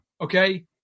okay